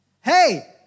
hey